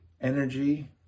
energy